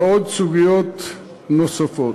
וסוגיות נוספות.